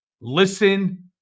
listen